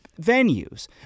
venues